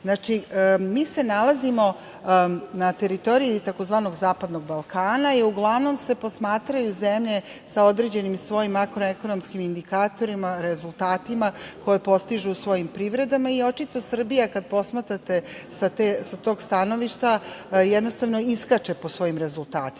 Mi se nalazimo na teritoriji tzv. zapadnog Balkana i uglavnom se posmatraju zemlje sa svojim određenim makroekonomskim indikatorima, rezultatima koje postižu u svojim privredama i očito Srbija, kada posmatrate sa tog stanovišta iskače po svojim rezultatima.